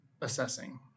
assessing